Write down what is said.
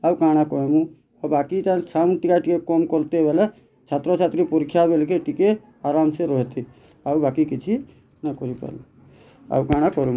ଆଉ କାଣା କହେମୁ ଆଉ ବାକି ଜେନ୍ ସାଉଣ୍ଡ୍ ଟିକା ଆର୍ ଟିକେ କମ୍ କର୍ତେ ବୋଲେ ଛାତ୍ର ଛାତ୍ରୀ ପରୀକ୍ଷା ବେଲ୍କେ ଟିକେ ଆରମ୍ସେ ରହ୍ତେ ଆଉ ବାକି କିଛି ନା କରି ପାରୁ ଆଉ କାଣା କର୍ମୁ